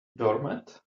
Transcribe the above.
doormat